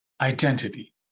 identity